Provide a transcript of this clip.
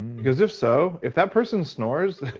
because if so, if that person snores,